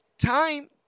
time